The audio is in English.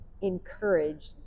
encourage